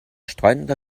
streunender